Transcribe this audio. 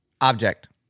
Object